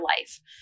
life